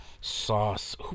sauce